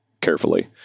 carefully